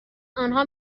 آنها